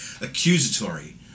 accusatory